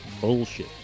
bullshit